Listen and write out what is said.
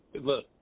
Look